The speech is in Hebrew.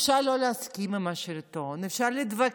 אפשר שלא להסכים עם השלטון, אפשר להתווכח,